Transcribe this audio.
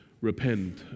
repent